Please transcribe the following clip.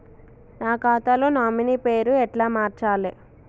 నా ఖాతా లో నామినీ పేరు ఎట్ల మార్చాలే?